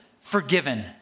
forgiven